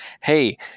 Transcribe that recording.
hey